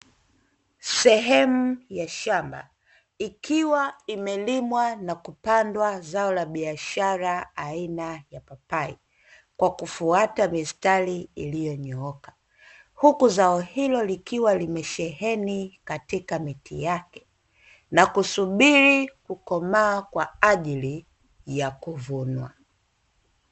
Sehemu ya shamba ikiwa imelimwa na kupandwa zao la biashara aina ya papai kwa kufuata mistari iliyonyooka, huku zao hilo likiwa limesheheni katika miti yake na kusubiri kukomaa kwa ajili ya kuvunwa.